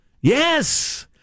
Yes